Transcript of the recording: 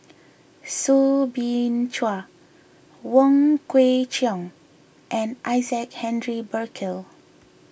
Soo Bin Chua Wong Kwei Cheong and Isaac Henry Burkill